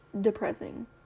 depressing